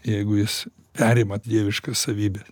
jeigu jis perima dieviškas savybes